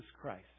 Christ